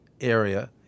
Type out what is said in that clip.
area